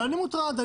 ואני מוטרד.